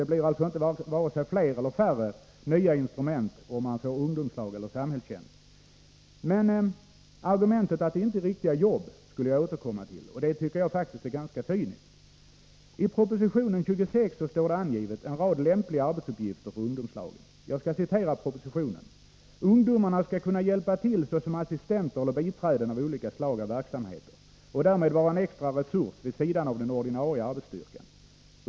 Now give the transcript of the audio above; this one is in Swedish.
Det blir alltså vare sig fler eller färre nya instrument om man inför samhällstjänst i stället för ungdomslag. Men argumentet att det inte är riktiga jobb är så mycket mer cyniskt. Detta skall jag återkomma till. I proposition 26 står angivet en rad lämpliga arbetsuppgifter för ungdomslagen. Jag skall citera ur propositionen: ”Ungdomarna skall kunna hjälpa till såsom assistenter eller biträden i olika slag av verksamheter och därmed vara en extra resurs vid sidan av den ordinarie arbetsstyrkan.